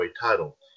title